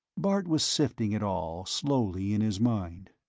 bart was sifting it all, slowly, in his mind.